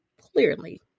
clearly